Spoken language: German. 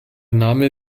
name